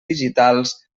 digitals